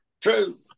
true